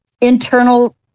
internal